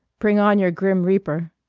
bring on your grim reaper!